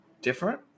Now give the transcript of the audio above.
different